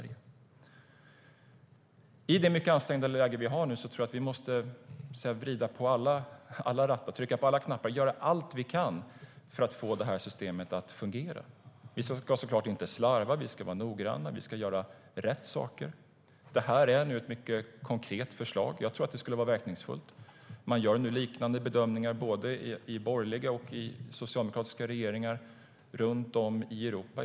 I det mycket ansträngda läge vi nu har tror jag att vi måste vrida på alla rattar, trycka på alla knappar, göra allt vi kan för att få systemet att fungera. Vi ska såklart inte slarva. Vi ska vara noggranna. Vi ska göra rätt saker. Det här är ett mycket konkret förslag. Jag tror att det skulle vara verkningsfullt. Både borgerliga och socialdemokratiska regeringar runt om i Europa gör liknande bedömningar.